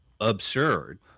absurd